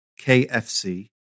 KFC